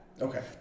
Okay